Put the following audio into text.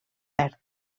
verd